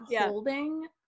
holding